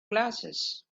glasses